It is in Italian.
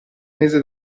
mese